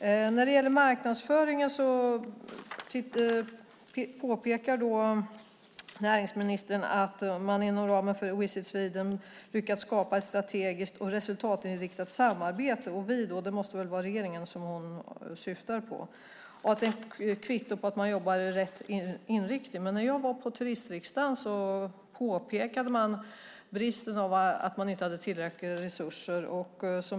När det gäller marknadsföringen påpekar näringsministern: "Inom ramen för Visit Sweden har vi på mycket kort tid lyckats skapa ett strategiskt och resultatinriktat samarbete." När hon säger "vi" måste hon väl syfta på regeringen. Hon säger att detta är ett kvitto på att man jobbar i rätt riktning. Men när jag var på Turistriksdagen påpekade man att man inte hade tillräckliga resurser.